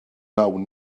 wnawn